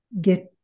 get